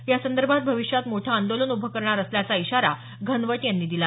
यासंदर्भात भविष्यात मोठं आंदोलन उभं करणार असल्याचा इशारा घनवट यांनी दिला